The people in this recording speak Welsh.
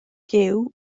gyw